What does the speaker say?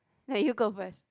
nah you go first